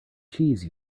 cheese